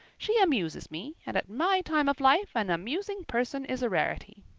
she amuses me, and at my time of life an amusing person is a rarity.